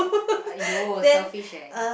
!aiyo! selfish eh